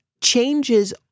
changes